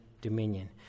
Dominion